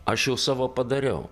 aš jau savo padariau